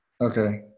Okay